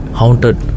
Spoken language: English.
haunted